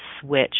switch